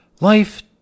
Life